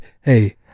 hey